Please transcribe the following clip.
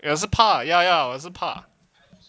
ya 是怕 ya ya 我也是怕